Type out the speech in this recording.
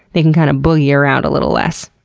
they can kind of boogie around a little less.